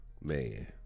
man